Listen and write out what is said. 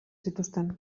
zituzten